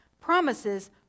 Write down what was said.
promises